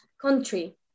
country